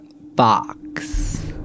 box